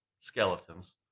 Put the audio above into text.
skeletons